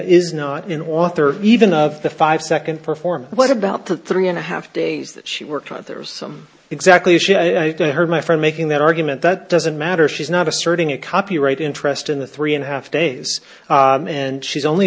is not an author even of the five second perform what about the three and a half days that she worked out there was some exactly she i heard my friend making that argument that doesn't matter she's not asserting a copyright interest in the three and a half days and she's only